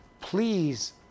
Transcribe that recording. Please